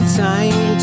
time